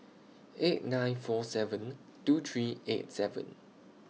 eight nine four seven two three eight seven